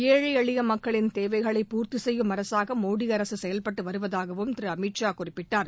ஏழை எளிய மக்களின் தேவைகளை பூர்த்தி செய்யும் அரசாக மோடி அரசு செயல்பட்டு வருவதாகவும் திரு அமித் ஷா குறிப்பிட்டார்